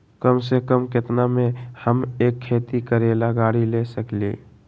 कम से कम केतना में हम एक खेती करेला गाड़ी ले सकींले?